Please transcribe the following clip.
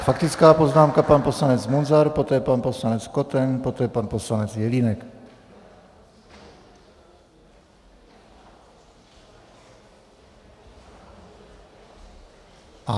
Faktická poznámka pan poslanec Munzar, poté pan poslanec Koten, poté pan poslanec Jelínek.